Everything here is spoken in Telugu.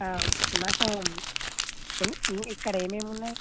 నాకు ఇక్కడ ఏమేం ఉన్నాయి